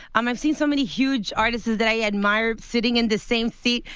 um i've seen so many huge artists that i admire, sitting in the same seat.